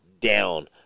down